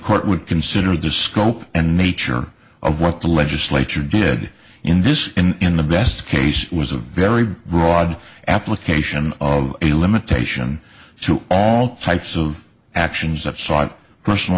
court would consider the scope and nature of what the legislature did in this and in the best case was a very broad application of a limitation to all types of actions that sought personal